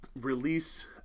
release